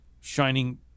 shining